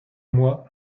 moi